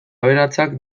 aberatsak